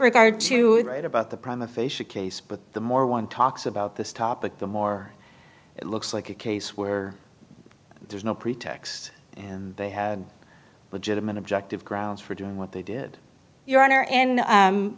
regard to write about the prime official case but the more one talks about this topic the more it looks like a case where there's no pretext and they have legitimate objective grounds for doing what they did your honor and